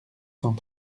cent